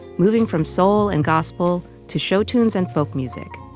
moving from soul and gospel to show tunes and folk music.